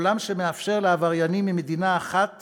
עולם שמאפשר לעבריינים ממדינה אחת